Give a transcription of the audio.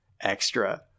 extra